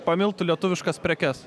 pamiltų lietuviškas prekes